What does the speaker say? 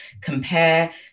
compare